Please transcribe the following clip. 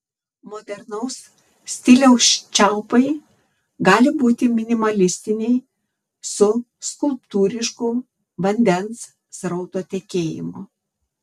modernaus stiliaus čiaupai gali būti minimalistiniai su skulptūrišku vandens srauto tekėjimu